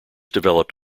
developed